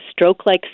stroke-like